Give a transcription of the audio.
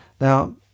now